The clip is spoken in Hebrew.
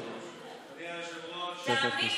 אדוני היושב-ראש.